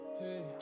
hey